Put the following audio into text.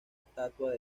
estatua